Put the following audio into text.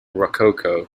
rococo